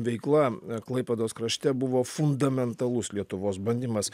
veikla klaipėdos krašte buvo fundamentalus lietuvos bandymas